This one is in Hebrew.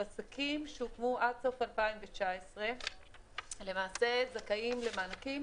עסקים שהוקמו עד סוף 2019 למעשה זכאים למענקים